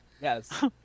yes